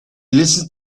listened